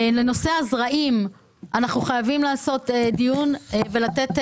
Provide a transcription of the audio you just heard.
בנושא הזרעים אנחנו חייבים לעשות דיון ולבקש,